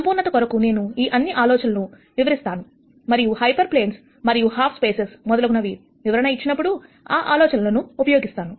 సంపూర్ణత కొరకు నేను ఈ అన్ని ఆలోచనలు వివరిస్తాను మరియు హైపెర్ప్లేన్స్ మరియు హాల్ఫ్ స్పేసేస్ మొదలగునవి వివరణ ఇచ్చినప్పుడు ఆ ఆలోచనలను ఉపయోగిస్తాను